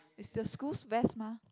is the school's vest mah